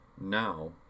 now